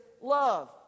love